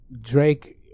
Drake